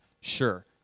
Sure